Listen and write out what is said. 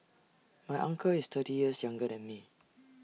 my uncle is thirty years younger than me